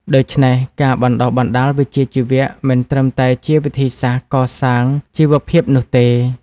ដូច្នេះ ការបណ្តុះបណ្តាលវិជ្ជាជីវៈមិនត្រឹមតែជាវិធីសាស្រ្តកសាងជីវភាពនោះទេ។